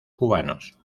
cubanos